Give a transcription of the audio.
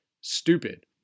stupid